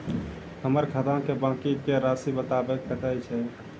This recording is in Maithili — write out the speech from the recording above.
हमर खाता के बाँकी के रासि बताबो कतेय छै?